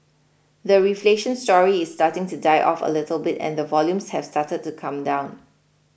the reflation story is starting to die off a little bit and the volumes have started to come down